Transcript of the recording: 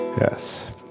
Yes